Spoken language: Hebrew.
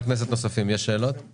אני